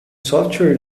software